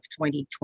2020